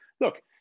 Look